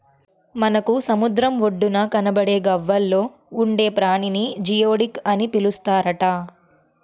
మనకు సముద్రం ఒడ్డున కనబడే గవ్వల్లో ఉండే ప్రాణిని జియోడక్ అని పిలుస్తారట